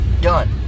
done